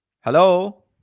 Hello